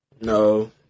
No